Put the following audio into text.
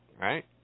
Right